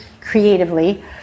creatively